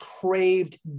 craved